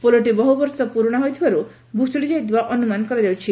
ପୋଲଟି ବହୁବର୍ଷ ପୁରୁଶା ହୋଇଥିବାରୁ ଭୁଶୁଡି ଯାଇଥିବା ଅନୁମାନ କରାଯାଉଛି